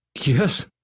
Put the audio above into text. Yes